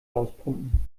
auspumpen